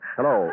Hello